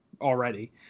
already